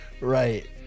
right